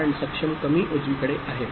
कारण सक्षम कमी उजवीकडे आहे